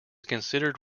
considered